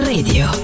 Radio